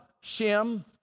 Shem